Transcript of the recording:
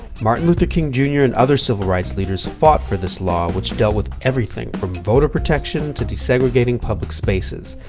martin luther king, jr and other civil rights leaders fought for this law, which dealt with everything from voter protection to desegregating public spaces.